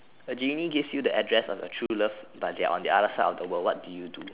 a genie gives you the address of your true love but they are on the other side of the world what do you do